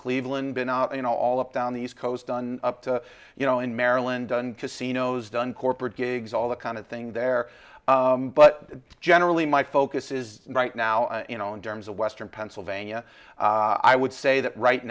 cleveland been a you know all up down the east coast done you know in maryland done casinos done corporate gigs all that kind of thing there but generally my focus is right now you know in terms of western pennsylvania i would say that right